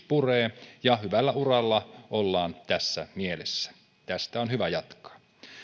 puree ja hyvällä uralla ollaan tässä mielessä tästä on hyvä jatkaa